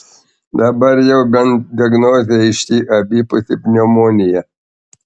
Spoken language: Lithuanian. dabar jau bent diagnozė aiški abipusė pneumonija